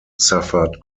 suffered